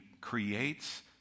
creates